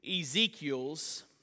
Ezekiel's